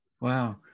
wow